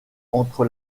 entre